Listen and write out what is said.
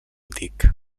dic